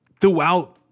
throughout